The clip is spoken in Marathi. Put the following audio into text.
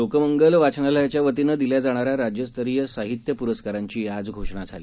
लोकमंगल वाचनालयाच्यावतीनं दिल्या जाणाऱ्या राज्यस्तरीय साहित्य पुरस्कारांची आज घोषणा झाली